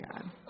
God